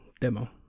demo